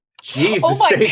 Jesus